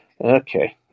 okay